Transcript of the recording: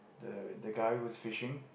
the the guy was fishing